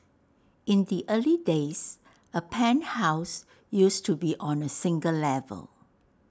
in the early days A penthouse used to be on A single level